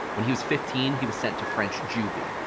when he was fifteen, he was sent to french juvie.